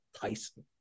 Tyson